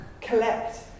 collect